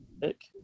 pick